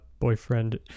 boyfriend